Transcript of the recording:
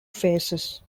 faces